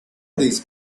these